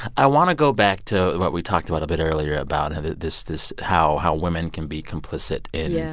i want to go back to and what we talked about a bit earlier about how this this how how women can be complicit in. yeah.